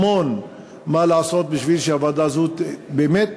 המון מה לעשות כדי שהוועדה הזאת באמת